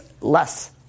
less